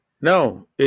No